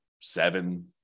seven